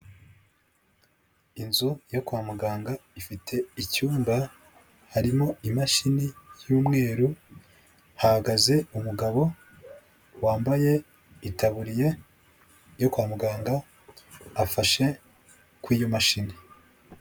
Inzu yo kwa muganga ifite icyumba harimo imashini y'umweru, hahagaze umugabo wambaye itaburiya yo kwa muganga, afashe ku iyo mashini.